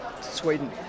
Sweden